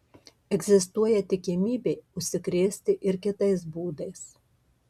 egzistuoja tikimybė užsikrėsti ir kitais būdais